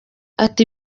ati